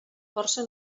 força